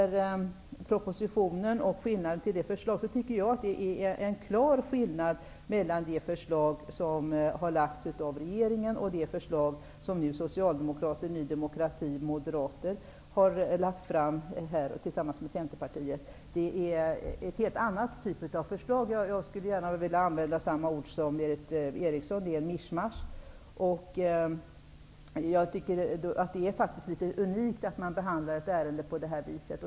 Jag tycker att det är en klar skillnad mellan det förslag som har lagts fram av regeringen och det förslag som Socialdemokraterna, Ny demokrati och Moderaterna har lagt fram tillsammans med Centerpartiet. Det är en helt annan typ av förslag. Jag skulle gärna vilja använda samma ord som Berith Eriksson använde. Det är en mischmasch. Jag tycker faktiskt att det är litet unikt att man behandlar ett ärende på det här viset.